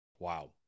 Wow